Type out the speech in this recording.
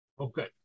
Okay